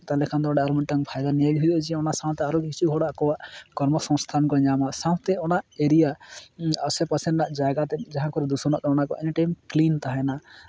ᱛᱟᱦᱚᱞᱮ ᱠᱷᱟᱱᱫᱚ ᱚᱸᱰᱮ ᱟᱨ ᱢᱤᱫᱴᱟᱱ ᱯᱷᱟᱭᱫᱟ ᱱᱤᱭᱟᱹᱜᱮ ᱦᱩᱭᱩᱜᱼᱟ ᱡᱮ ᱚᱱᱟ ᱥᱟᱶᱛᱮ ᱟᱨᱚ ᱠᱤᱪᱷᱩ ᱦᱚᱲᱟᱜ ᱟᱠᱚᱣᱟᱜ ᱠᱚᱨᱢᱚ ᱥᱚᱝᱥᱛᱷᱟᱱ ᱠᱚ ᱧᱟᱢᱟ ᱥᱟᱶᱛᱮ ᱚᱱᱟ ᱮᱨᱤᱭᱟ ᱟᱥᱮ ᱯᱟᱥᱮ ᱨᱮᱱᱟᱜ ᱡᱟᱭᱜᱟ ᱛᱮᱫ ᱡᱟᱦᱟᱸ ᱠᱚᱨᱮᱫ ᱫᱷᱩᱥᱚᱱᱚᱜ ᱠᱟᱱᱟ ᱚᱱᱟᱠᱚ ᱮᱱᱤᱴᱟᱭᱤᱢ ᱠᱞᱤᱱ ᱛᱟᱦᱮᱱᱟ